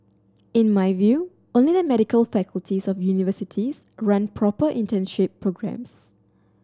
in my view only the medical faculties of universities run proper internship programmes